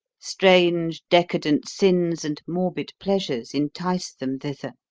strange decadent sins and morbid pleasures entice them thither.